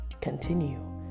continue